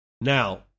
Now